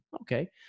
Okay